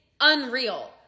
unreal